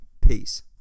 peace